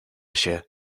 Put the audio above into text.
się